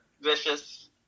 vicious